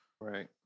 Right